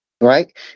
right